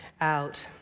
out